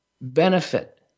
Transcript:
benefit